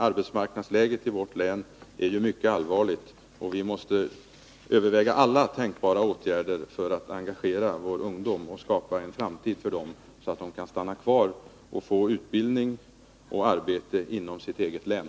Arbetsmarknadsläget i vårt län är ju mycket allvarligt, och vi måste överväga alla tänkbara åtgärder för att engagera våra ungdomar och skapa en framtid för dem, så att de kan stanna kvar och få utbildning och arbete inom sitt eget län.